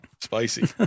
spicy